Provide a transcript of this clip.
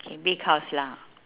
okay big house lah